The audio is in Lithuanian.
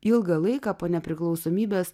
ilgą laiką po nepriklausomybės